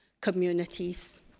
communities